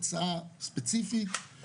השונים ותקרות להוצאות פינוי ודיור זמני.